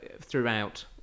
throughout